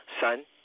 son